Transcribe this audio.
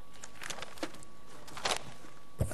בבקשה.